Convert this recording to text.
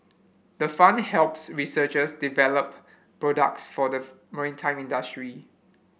the fund helps researchers develop products for the maritime industry